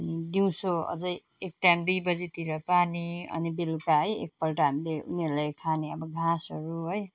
अनि दिउँसो अझ एक टाइम दुई बजीतिर पानी अनि बेलुका है एक पल्ट हामीले उनीहरूले खाने अब घाँसहरू है